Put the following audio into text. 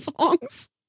songs